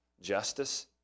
justice